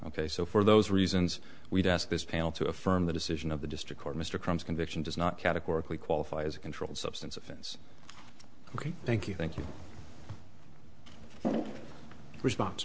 ok so for those reasons we did ask this panel to affirm the decision of the district court mr crumb's conviction does not categorically qualify as a controlled substance offense ok thank you thank you response